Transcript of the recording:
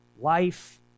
Life